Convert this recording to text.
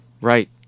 Right